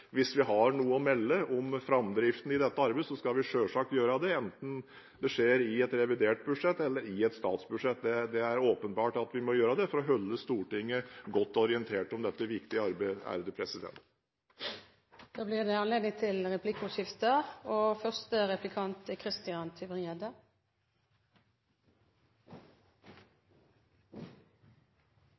skal vi selvsagt gjøre det, enten det skjer i et revidert budsjett eller i et statsbudsjett. Det er åpenbart at vi må gjøre det for å holde Stortinget godt orientert om dette viktige arbeidet. Det blir replikkordskifte. Dette var rett og slett ikke godt nok, statsråd. Det haster, og